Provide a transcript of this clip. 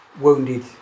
wounded